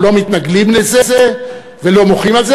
אנחנו לא מתנגדים לזה ולא מוחים על זה,